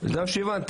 זה מה שהבנתי.